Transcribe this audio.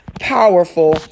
powerful